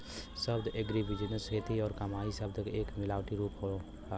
शब्द एग्रीबिजनेस खेती और कमाई शब्द क एक मिलावटी रूप होला